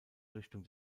richtung